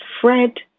Fred